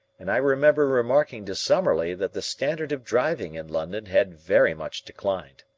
and i remember remarking to summerlee that the standard of driving in london had very much declined.